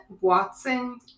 Watson